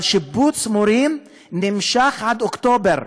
אבל שיבוץ מורים נמשך עד אוקטובר,